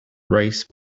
rice